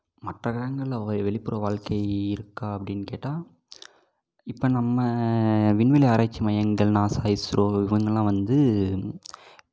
மற்ற கிரககங்களில் ஒ வெளிப்புற வாழ்க்கை இருக்கா அப்படின்னு கேட்டால் இப்போ நம்ம விண்வெளி ஆராய்ச்சி மையங்கள் நாசா இஸ்ரோ இவங்களாம் வந்து